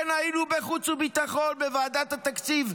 כן, היינו בחוץ וביטחון, בוועדת התקציב.